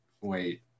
Wait